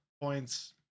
points